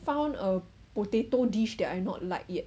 found a potato dish that I not like yet